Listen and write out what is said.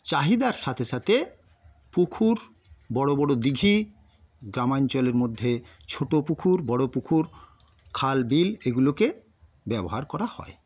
চাহিদার সাথে সাথে পুকুর বড় বড় দিঘি গ্রামাঞ্চলের মধ্যে ছোটো পুকুর বড় পুকুর খালবিল এগুলোকে ব্যবহার করা হয়